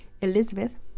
Elizabeth